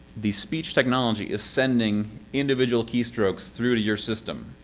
the speech technology is sending individual keystrokes through to your system.